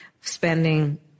spending